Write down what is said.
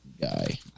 guy